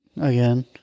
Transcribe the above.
again